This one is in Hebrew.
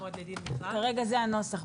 כרגע זה הנוסח.